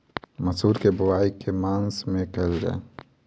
मसूर केँ बोवाई केँ के मास मे कैल जाए?